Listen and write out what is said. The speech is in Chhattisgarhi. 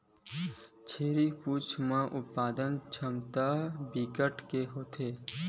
छेरी पोछे म उत्पादन छमता बिकट के होथे